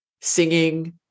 singing